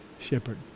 shepherd